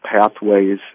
pathways